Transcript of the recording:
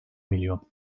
milyon